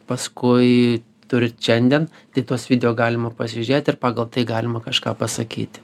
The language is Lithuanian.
paskui turit šiandien tai tuos video galima pasižiūrėt ir pagal tai galima kažką pasakyti